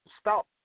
stop